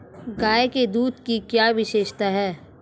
गाय के दूध की क्या विशेषता है?